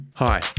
Hi